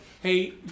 hey